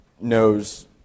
knows